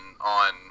on